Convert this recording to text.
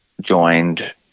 joined